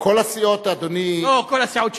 כל הסיעות, אדוני, כל הסיעות שלנו.